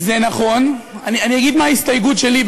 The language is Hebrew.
אני אגיד מה ההסתייגות שלי,